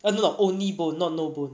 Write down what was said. oh no no only bone not no bone